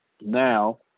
Now